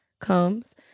comes